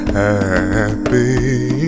happy